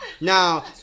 Now